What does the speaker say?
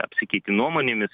apsikeiti nuomonėmis